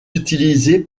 utilisé